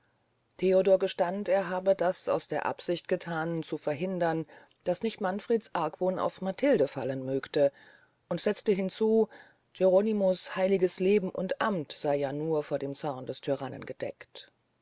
theodor gestand er habe das aus der absicht gethan zu verhindern daß nicht manfreds argwohn auf matilde fallen mögte und setzte hinzu geronimo's heiliges leben und amt sey ja vor dem zorn des tyrannen gedeckt